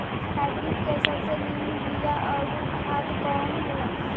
Hybrid के सबसे नीमन बीया अउर खाद कवन हो ला?